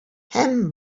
һәм